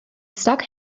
stuck